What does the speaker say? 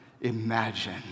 imagine